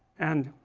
and,